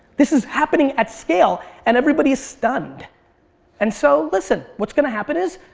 this is happening at scale and everybody is stunned and so listen what's gonna happen is,